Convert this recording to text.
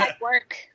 work